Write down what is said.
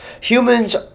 Humans